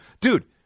Dude